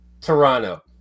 Toronto